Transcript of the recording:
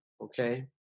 okay